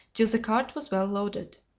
till the cart was well loaded.